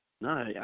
No